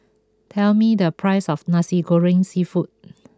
tell me the price of Nasi Goreng Seafood